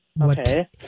Okay